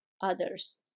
others